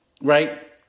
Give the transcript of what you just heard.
Right